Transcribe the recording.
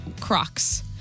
Crocs